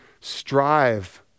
strive